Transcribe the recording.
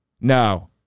No